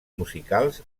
musicals